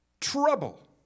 trouble